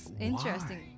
interesting